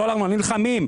אנחנו נלחמים.